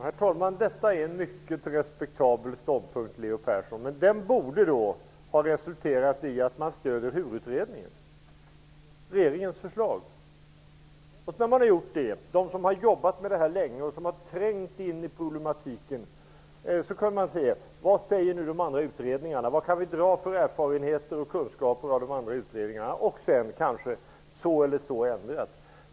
Herr talman! Detta är en mycket respektabel ståndpunkt, Leo Persson, men den borde ha resulterat i att man stöder HUR-utredningen och regeringens förslag. HUR-utredningen har jobbat med detta länge och har trängt in i problematiken. Man kunde ha undersökt vad de andra utredningarna säger och vilka erfarenheter man kunde ha dragit av detta. Sedan hade man kanske kunnat ändra.